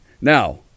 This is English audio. Now